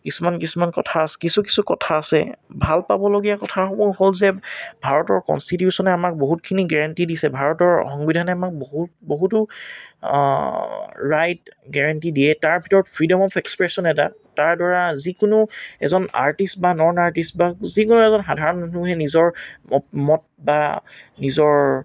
কিছুমান কিছুমান কথা কিছু কিছু কথা আছে ভাল পাবলগীয়া কথাসমূহ হ'ল যে ভাৰতৰ কনষ্টিটিউশ্যনে আমাক বহুতখিনি গেৰেণ্টি দিছে ভাৰতৰ সংবিধানে আমাক বহুত বহুতো ৰাইট গেৰেণ্টি দিয়ে তাৰ ভিতৰত ফ্ৰীডম অফ এক্সপ্ৰেশ্যন এটা তাৰ দ্বাৰা যিকোনো আৰ্টিষ্ট বা নন আৰ্টিষ্ট বা যিকোনো এজন সাধাৰণ মানুহে নিজৰ মত বা নিজৰ